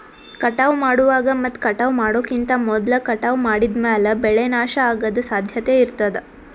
ಕಟಾವ್ ಮಾಡುವಾಗ್ ಮತ್ ಕಟಾವ್ ಮಾಡೋಕಿಂತ್ ಮೊದ್ಲ ಕಟಾವ್ ಮಾಡಿದ್ಮ್ಯಾಲ್ ಬೆಳೆ ನಾಶ ಅಗದ್ ಸಾಧ್ಯತೆ ಇರತಾದ್